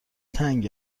تنگ